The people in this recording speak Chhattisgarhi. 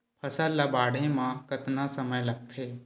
फसल ला बाढ़े मा कतना समय लगथे?